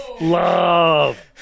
Love